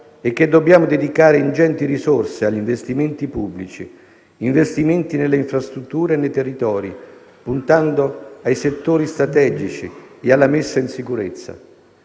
è che dobbiamo dedicare ingenti risorse agli investimenti pubblici, investimenti nelle infrastrutture e nei territori, puntando ai settori strategici e alla messa in sicurezza.